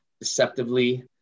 deceptively